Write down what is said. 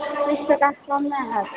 तीस टकासँ कम नहि हैत